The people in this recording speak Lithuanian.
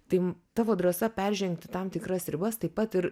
tai tavo drąsa peržengti tam tikras ribas taip pat ir